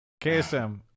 KSM